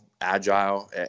agile